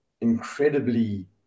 incredibly